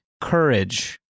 courage